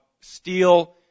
steel